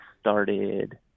started